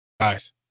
guys